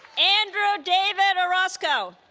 andrew david orozco